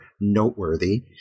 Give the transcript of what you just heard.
noteworthy